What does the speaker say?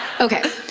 Okay